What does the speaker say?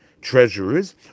treasurers